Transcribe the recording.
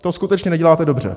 To skutečně neděláte dobře.